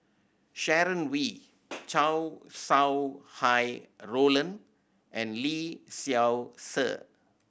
Sharon Wee Chow Sau Hai Roland and Lee Seow Ser